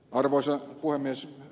arvoisa puhemies